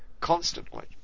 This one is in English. constantly